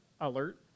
alert